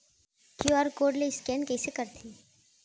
QR code ले scan कइसे करथे?